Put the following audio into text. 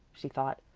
she thought.